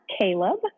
Caleb